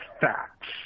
facts